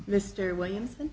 mr williamson